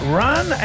run